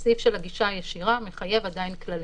הסעיף של הגישה הישירה עדיין מחייב כללים.